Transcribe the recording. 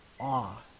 awe